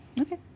Okay